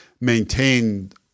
maintained